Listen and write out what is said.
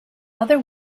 other